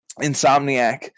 Insomniac